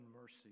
mercy